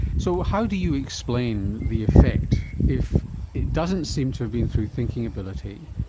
so how do you explain the effect if it doesn't seem to have been through thinking ability?